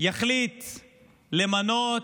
יחליט למנות,